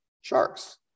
sharks